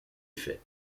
effet